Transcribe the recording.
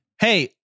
Hey